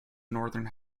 northern